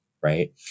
right